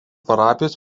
parapijos